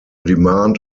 demand